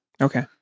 Okay